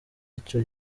icyo